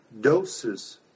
doses